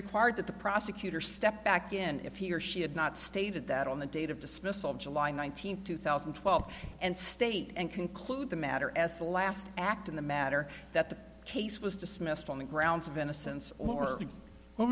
required that the prosecutor step back in if he or she had not stated that on the date of dismissal july nineteenth two thousand and twelve and state and conclude the matter as the last act in the matter that the case was dismissed on the grounds of innocence or what